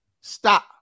stop